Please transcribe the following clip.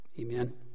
Amen